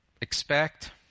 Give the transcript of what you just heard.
expect